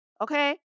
Okay